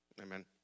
Amen